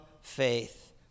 faith